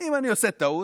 אם אני עושה טעות,